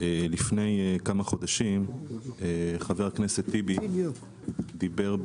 לפני כמה חודשים חבר הכנסת טיבי דיבר,